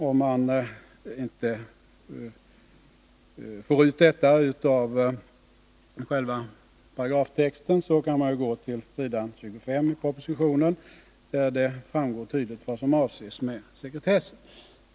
Om man inte får ut detta av själva paragraftexten, så kan man gå till s. 25 i propositionen, där det tydligt framgår vad som avses med sekretessen.